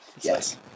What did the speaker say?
yes